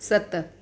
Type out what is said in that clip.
सत